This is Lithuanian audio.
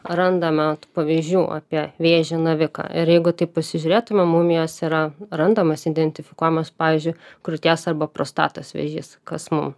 randame pavyzdžių apie vėžį naviką ir jeigu taip pasižiūrėtumėm mumijose yra randamas identifikuojamas pavyzdžiui krūties arba prostatos vėžys kas mum